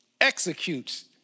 executes